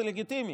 זה לגיטימי,